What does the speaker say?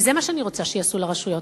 וזה מה שאני רוצה שיעשו לרשויות.